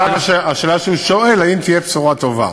השאלה שהוא שואל היא האם תהיה בשורה טובה.